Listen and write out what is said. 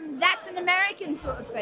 that's an american sort of